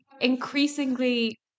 increasingly